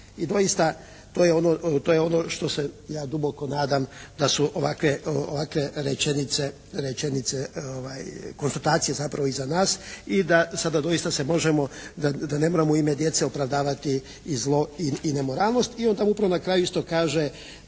I doista to je ono što se ja duboko nadam da su ovakve rečenice konstatacija zapravo i za nas i da sada doista se možemo, da ne moramo u ime djece opravdavati i zlo i nemoralnost i onda upravo na kraju isto kaže